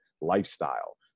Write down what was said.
lifestyle